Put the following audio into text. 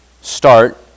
start